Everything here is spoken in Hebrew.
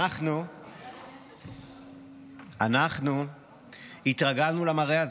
אנחנו התרגלנו למראה הזה,